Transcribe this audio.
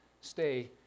stay